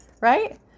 right